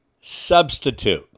substitute